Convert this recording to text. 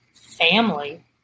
family